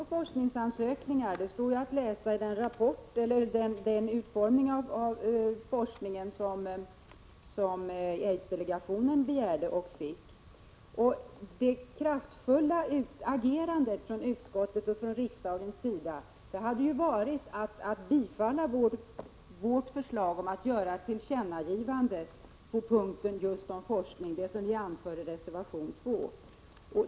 Herr talman! Att det har förekommit avslag på forskningsansökningar står det att läsa om. Jag avser då den utformning av forskningen som aidsdelegationen har begärt och även fått. Ett kraftfullt agerande från utskottets och riksdagens sida hade varit att bifalla vårt förslag om ett tillkännagivande just om forskningen. Förslaget återfinns i reservation 2.